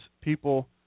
people